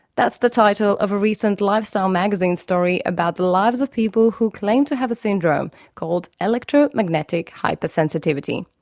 that's the title of a recent lifestyle magazine story about the lives of people who claim to have a syndrome called electro-magnetic hyper-sensitivity.